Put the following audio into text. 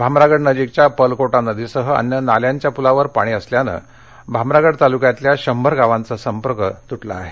भामरागडनजीकच्या पर्लकोटा नदीसह अन्य नाल्यांच्या पुलावर पाणी असल्याने भामरागड तालुक्यातील शंभर गावांचा संपर्क तुटला आहे